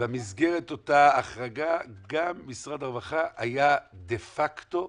במסגרת אותה החלטה גם משרד הרווחה היה דה פקטו,